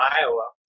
Iowa